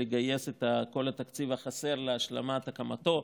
לגייס את כל התקציב החסר להשלמת הקמתו,